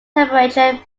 temperature